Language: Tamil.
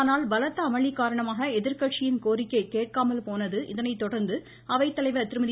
ஆனால் பலத்த அமளி காரணமாக எதிர்கட்சியின் கோரிக்கை கேட்காமல் போனது இதனை தொடர்ந்து அவை தலைவர் திருமதி